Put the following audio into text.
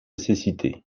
cécité